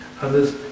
others